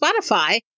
Spotify